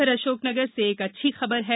उधर अशोकनगर से एक अच्छी खबर है